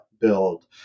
build